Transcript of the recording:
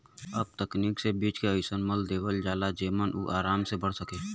अब तकनीक से बीज के अइसन मल देवल जाला जेमन उ आराम से बढ़ सके